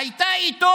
הייתה איתו,